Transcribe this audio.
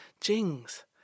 Jings